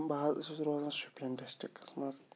بہٕ حظ چھُس روزان شُپیَن ڈِسٹِرٛکَس منٛز